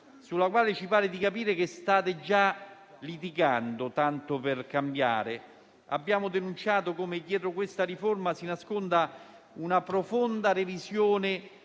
sulla quale ci pare di capire che state già litigando, tanto per cambiare. Abbiamo denunciato come dietro questa riforma si nasconda una profonda revisione